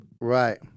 Right